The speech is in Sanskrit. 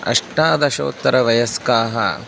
अष्टादशोत्तरवयस्काः